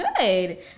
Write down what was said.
good